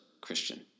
Christian